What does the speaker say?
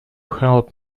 help